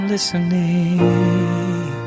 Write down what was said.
listening